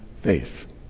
faith